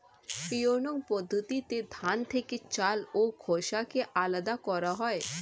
winnowing পদ্ধতিতে ধান থেকে চাল ও খোসাকে আলাদা করা হয়